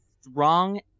strong